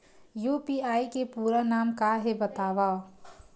UPI के पूरा नाम का हे बतावव?